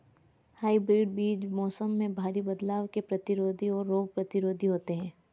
hybrid बीज मौसम में भारी बदलाव के प्रतिरोधी और रोग प्रतिरोधी होते हैं